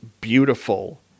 beautiful